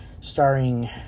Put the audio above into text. Starring